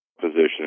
position